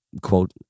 quote